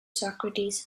socrates